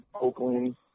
Oakland